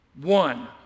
One